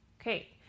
Okay